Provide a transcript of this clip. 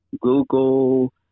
Google